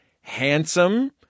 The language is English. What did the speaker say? handsome